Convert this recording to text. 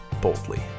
boldly